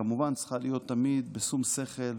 היא כמובן צריכה להיות תמיד בשום שכל,